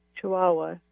chihuahua